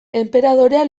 enperadorea